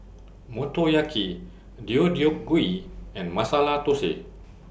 Motoyaki Deodeok Gui and Masala Dosa